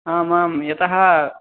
आमां यतः